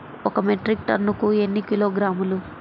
ఒక మెట్రిక్ టన్నుకు ఎన్ని కిలోగ్రాములు?